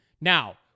Now